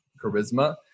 charisma